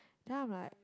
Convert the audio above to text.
then I'm like